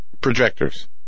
projectors